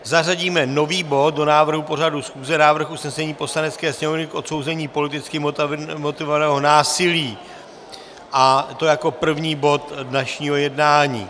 Zařadíme nový bod do návrhu pořadu schůze Návrh usnesení Poslanecké sněmovny k odsouzení politicky motivovaného násilí, a to jako první bod dnešního jednání.